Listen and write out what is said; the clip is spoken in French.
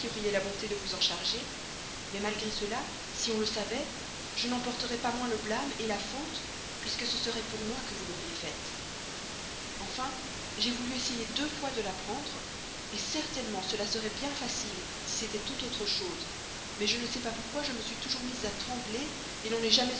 la bonté de vous en charger mais malgré cela si on le savait je n'en porterais pas moins le blâme la faute puisque ce serait pour moi que vous l'auriez fait enfin j'ai voulu essayer deux fois de la prendre certainement cela serait bien facile si c'était toute autre chose mais je ne sais pas pourquoi je me suis toujours mise à trembler n'en ai jamais